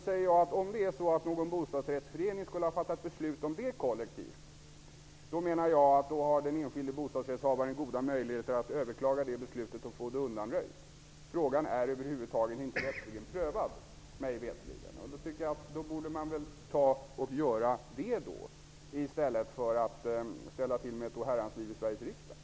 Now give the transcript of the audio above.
Men om någon bostadsrättsförening skulle ha fattat ett sådant kollektivt beslut, menar jag att den enskilde bostadsrättshavaren har goda möjligheter att överklaga och få det beslutet undanröjt. Mig veterligt är frågan är över huvud taget inte prövad. Då borde man försöka få en prövning till stånd i stället för att ställa till med ett oherrans liv i Sveriges riksdag.